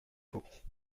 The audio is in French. vaut